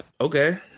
Okay